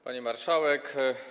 Pani Marszałek!